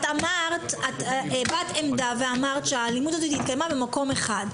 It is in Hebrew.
את הבעת עמדה ואמרת שהאלימות הזאת נגרמה ממקום אחד.